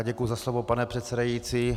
Děkuji za slovo, pane předsedající.